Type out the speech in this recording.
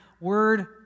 word